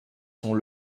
sont